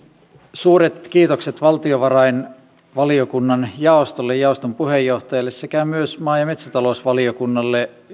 suuret kiitokset valtiovarainvaliokunnan jaostolle ja jaoston puheenjohtajalle sekä myös maa ja metsätalousvaliokunnalle